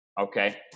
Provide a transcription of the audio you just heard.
okay